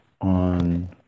on